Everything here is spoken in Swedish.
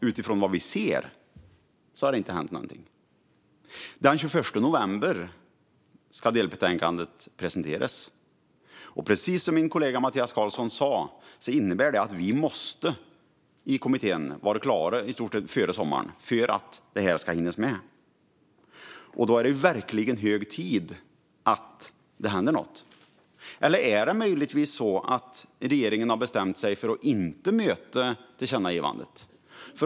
Utifrån vad vi har sett har inget hänt. Den 21 november ska delbetänkandet presenteras. Precis som min kollega Mattias Karlsson sa innebär det att vi i kommittén måste vara klara före sommaren för att frågorna ska hinnas med. Då är det verkligen hög tid att det händer något. Är det möjligtvis så att regeringen har bestämt sig för att inte möta tillkännagivandet?